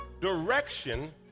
direction